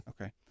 Okay